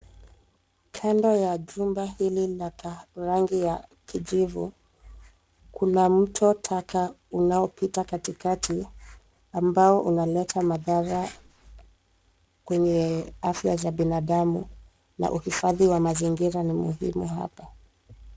Kando ya jumba hili la rangi ya kijivu, kuna mto taka unaopita katikati ambao unaleta madhara kwenye afya za binadamu na uhifadhi wa mazingira ni muhimu hapa.